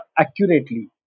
accurately